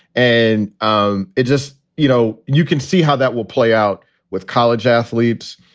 and um it just you know, you can see how that will play out with college athletes,